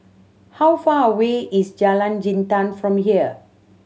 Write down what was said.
how far away is Jalan Jintan from here